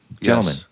gentlemen